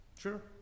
Sure